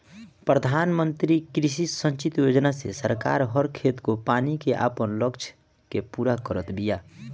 प्रधानमंत्री कृषि संचित योजना से सरकार हर खेत को पानी के आपन लक्ष्य के पूरा करत बिया